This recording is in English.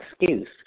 excuse